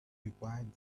required